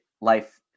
life